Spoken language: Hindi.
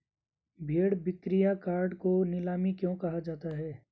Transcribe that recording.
भेड़ बिक्रीयार्ड को नीलामी क्यों कहा जाता है?